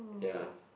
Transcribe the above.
ya